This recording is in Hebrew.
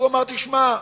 הוא אמר: תשמע,